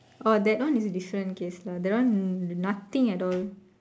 orh that one is different case lah that one nothing at all